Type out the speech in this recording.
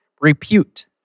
repute